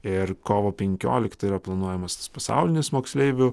ir kovo penkioliktąją planuojamas pasaulinis moksleivių